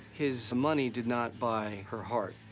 his money did not buy her heart,